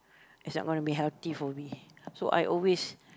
it's not gonna be healthy for me so I always